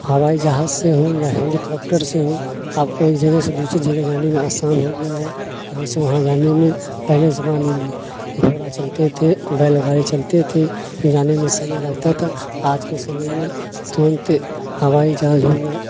ہوائی جہاز سے ہو یا ہیلیکاپٹر سے ہو اب ایک جگہ سے دوسری جگہ جانے میں آسان ہو گیا ہے یہاں سے وہاں جانے میں پہلے زمانے میں گھوڑا چلتے تھے بیل گاڑی چلتے تھے جانے میں سمے لگتا تھا آج کے سمے میں ترنت ہوائی جہاز ہو یا